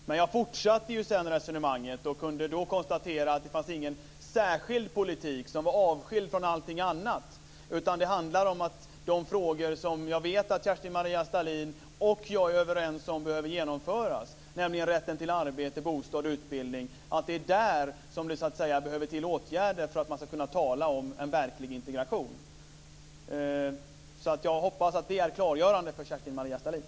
Fru talman! Låt mig säga till Kerstin-Maria Stalin att jag uttalade i debatten att jag inte uppfattar att det finns någon integrationspolitik. Men jag fortsatte sedan resonemanget, och kunde då konstatera att det inte finns någon särskild politik, som var avskild från allting annat. Det handlar om de frågor som jag vet att Kerstin-Maria Stalin och jag är överens om behöver genomföras, nämligen rätten till arbete, bostad och utbildning. Det är i dessa frågor som det behövs åtgärder för att man ska kunna tala om en verklig integration. Jag hoppas att detta är klargörande för Kerstin